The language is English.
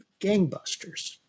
gangbusters